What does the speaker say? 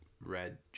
Red